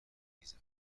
ریزم